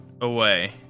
away